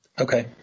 Okay